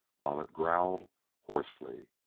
while it growled hoarsely.